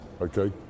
okay